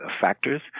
factors